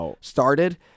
started